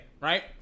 right